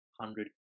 hundred